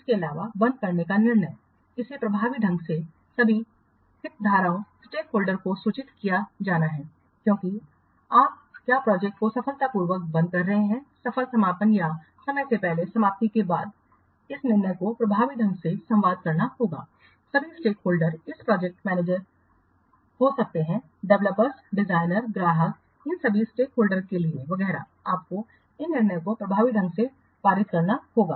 इसके अलावा बंद करने का निर्णय इसे प्रभावी ढंग से सभी हितधारकों को सूचित किया जाना है क्योंकि आप क्या प्रोजेक्ट को सफलतापूर्वक बंद कर रहे हैं सफल समापन या समय से पहले समाप्ति के बाद इन निर्णय को प्रभावी ढंग से संवाद करना होगा सभी हितधारकों इस प्रोजेक्ट मैनेजर हो सकते हैं डेवलपर्स डिजाइनर ग्राहक इन सभी स्टेकहोल्डर के लिए वगैरह आपको इन निर्णयों को प्रभावी ढंग से पारित करना होगा